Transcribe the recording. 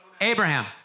Abraham